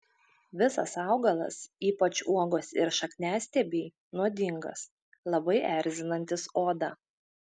visas augalas ypač uogos ir šakniastiebiai nuodingas labai erzinantis odą